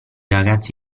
ragazzi